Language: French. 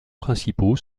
principaux